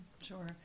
Sure